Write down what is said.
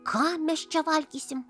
ką mes čia valgysim